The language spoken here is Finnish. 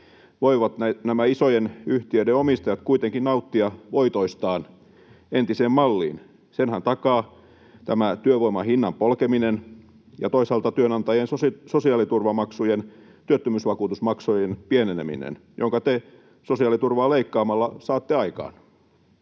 voivat nämä isojen yhtiöiden omistajat kuitenkin nauttia voitoistaan entiseen malliin. Senhän takaa tämä työvoiman hinnan polkeminen ja toisaalta työnantajien sosiaaliturvamaksujen, työttömyysvakuutusmaksujen pieneneminen, jonka te sosiaaliturvaa leikkaamalla saatte aikaan.